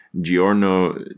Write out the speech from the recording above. Giorno